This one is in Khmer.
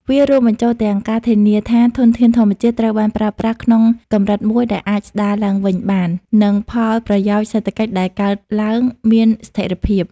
វារួមបញ្ចូលទាំងការធានាថាធនធានធម្មជាតិត្រូវបានប្រើប្រាស់ក្នុងកម្រិតមួយដែលអាចស្ដារឡើងវិញបាន និងផលប្រយោជន៍សេដ្ឋកិច្ចដែលកើតឡើងមានស្ថិរភាព។